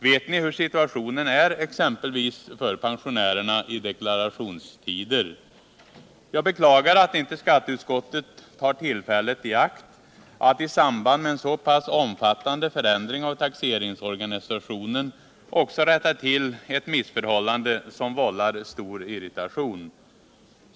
Vet ni hur situationen är för exempelvis pensionärerna i deklarationstider? Jag beklagar att inte skatteutskottet tar tillfället i akt att i samband med en så pass omfattande förändring av taxeringsorganisationen också rätta till ett missförhållande som vållar stor irritation.